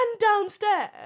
downstairs